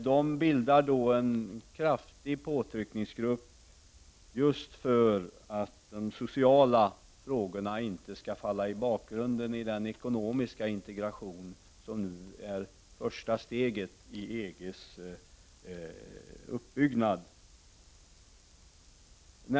Man bildar en kraftig påtryckningsgrupp, som verkar för att just de sociala frågorna inte skall komma i bakgrunden vid den ekonomiska integration som ju är första steget i EG:s uppbyggnad.